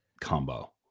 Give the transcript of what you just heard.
combo